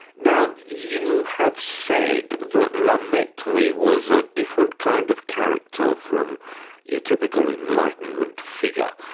now you have said that la mettrie was a different kind of character from your typical enlightenment figure.